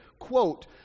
quote